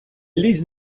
лізь